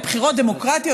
בבחירות דמוקרטיות,